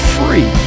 free